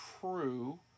true